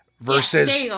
Versus